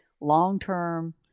long-term